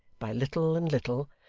by little and little,